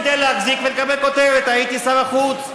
כדי להחזיק ולקבל כותרת: הייתי שר החוץ.